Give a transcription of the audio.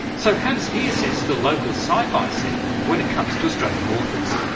so how does he assess the local sci-fi scene, when it comes to australian authors?